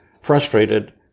frustrated